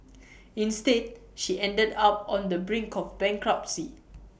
instead she ended up on the brink of bankruptcy